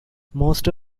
most